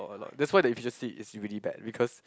that's why the efficiency is really bad because